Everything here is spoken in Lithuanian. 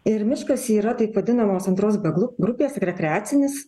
ir miškas yra taip vadinamos antros b glu grupės rekreacinis